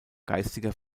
geistiger